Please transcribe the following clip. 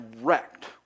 wrecked